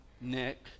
Nick